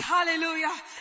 Hallelujah